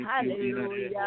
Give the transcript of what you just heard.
Hallelujah